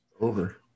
Over